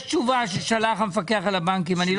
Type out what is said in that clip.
יש תשובה ששלח המפקח על הבנקים.